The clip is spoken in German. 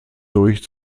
durch